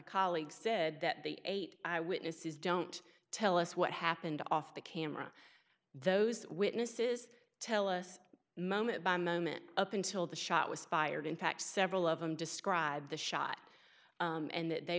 colleague said that the eight eyewitnesses don't tell us what happened off the camera those witnesses tell us moment by moment up until the shot was fired in fact several of them describe the shot and that they